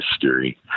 history